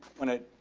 when, ah,